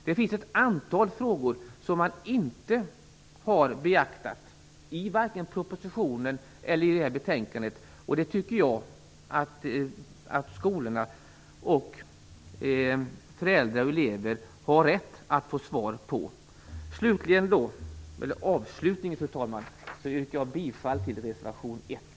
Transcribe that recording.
Det finns ett antal frågor som man inte har beaktat, vare sig i propositionen eller i betänkandet, och sådana frågor tycker jag att skolorna och föräldrar och elever har rätt att få svar på. Avslutningsvis, fru talman, yrkar jag bifall till reservation 1.